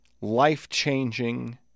life-changing